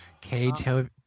Cage